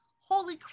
Holy